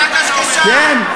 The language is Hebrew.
חבריכם באופוזיציה, כן.